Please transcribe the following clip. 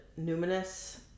numinous